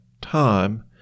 time